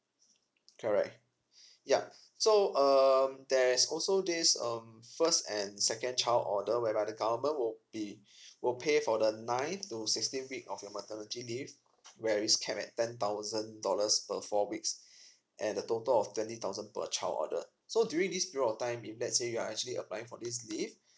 correct ya so um there is also this um first and second child order whereby the government will be will pay for the nine to sixteen week of your maternity leave where is capped at ten thousand dollars per four weeks and the total of twenty thousand per child ordered so during this period of time if let's say you are actually apply for this leave